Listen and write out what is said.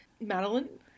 Madeline